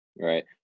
Right